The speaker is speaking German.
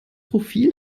profil